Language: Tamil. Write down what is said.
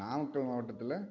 நாமக்கல் மாவட்டத்தில்